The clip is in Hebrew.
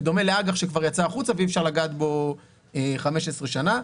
זה בדומה לאג"ח שכבר יצא החוצה ואי אפשר לגעת בו 15 שנה.